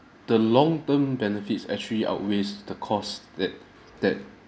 the long-term benefits actually outweighs the cost that that